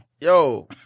yo